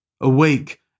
Awake